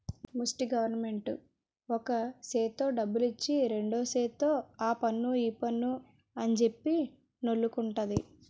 ముస్టి గవరమెంటు ఒక సేత్తో డబ్బులిచ్చి రెండు సేతుల్తో ఆపన్ను ఈపన్ను అంజెప్పి నొల్లుకుంటంది